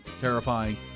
terrifying